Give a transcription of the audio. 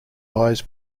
lies